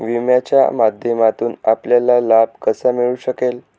विम्याच्या माध्यमातून आपल्याला लाभ कसा मिळू शकेल?